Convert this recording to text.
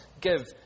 give